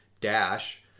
Dash